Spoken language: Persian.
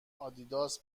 آدیداس